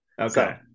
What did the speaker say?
Okay